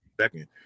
second